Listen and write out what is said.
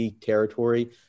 territory